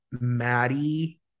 Maddie